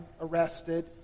arrested